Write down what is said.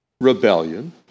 rebellion